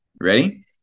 Ready